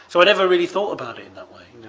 so i never really thought about it in that way.